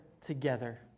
together